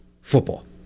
football